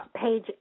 Page